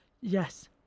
Yes